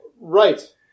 Right